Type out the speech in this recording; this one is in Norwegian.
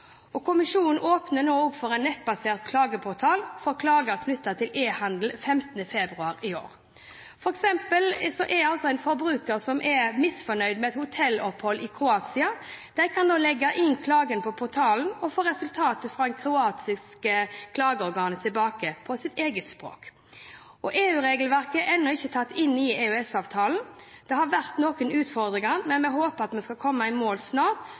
og EU-kommisjonen åpnet også en nettbasert klageportal for klager knyttet til e-handel 15. februar i år. En forbruker som f.eks. er misfornøyd med et hotellopphold i Kroatia, kan nå legge inn klagen på portalen og få resultatet fra et kroatisk klageorgan tilbake på sitt eget språk. EU-regelverket er ennå ikke tatt inn i EØS-avtalen. Det har vært noen utfordringer, men vi håper at vi skal komme i mål snart,